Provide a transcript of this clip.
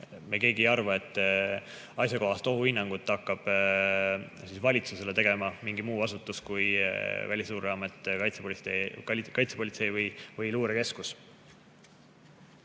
me keegi ei arva, et asjakohast ohuhinnangut hakkab valitsusele tegema mingi muu asutus kui Välisluureamet, kaitsepolitsei või luurekeskus.